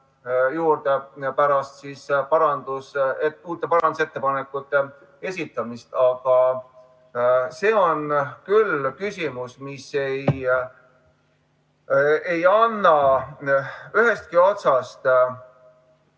juurde pärast uute parandusettepanekute esitamist. Aga see on küll küsimus, mis ei anna ühestki otsast